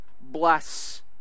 Bless